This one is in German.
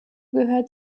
gehört